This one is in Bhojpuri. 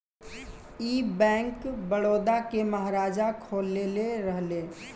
ई बैंक, बड़ौदा के महाराजा खोलले रहले